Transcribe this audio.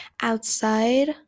outside